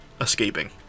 escaping